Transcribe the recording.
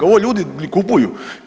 Ovo ljudi kupuju.